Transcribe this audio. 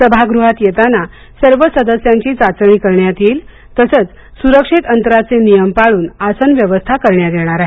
सभागृहात येताना सर्व सदस्यांची चाचणी करण्यात येईल तसंच सुरक्षित अंतराचे नियम पाळून आसन व्यवस्था करण्यात येणार आहे